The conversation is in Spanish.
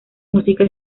música